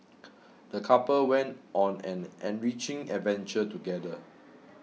the couple went on an enriching adventure together